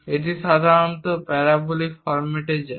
এটি সাধারণত প্যারাবোলিক ফর্ম্যাটে যায়